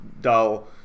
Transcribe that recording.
dull